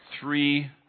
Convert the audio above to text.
three